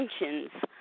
intentions